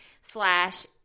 slash